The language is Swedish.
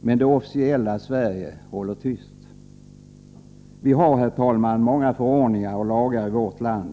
Men det officiella Sverige håller tyst. Herr talman! Vi har många förordningar och lagar i vårt land.